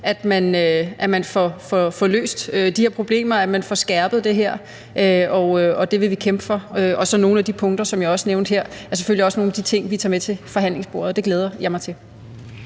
at man får løst de her problemer, at man får skærpet det her, og det vil vi kæmpe for. Og nogle af de punkter, som jeg også nævnte her, er selvfølgelig også nogle af de ting, vi tager med til forhandlingsbordet, og det glæder jeg mig til.